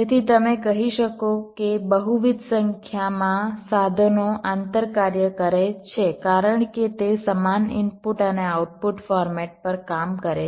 જેથી તમે કહી શકો કે બહુવિધ સંખ્યામાં સાધનો આંતરકાર્ય કરે છે કારણ કે તે સમાન ઇનપુટ અને આઉટપુટ ફોર્મેટ પર કામ કરે છે